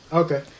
okay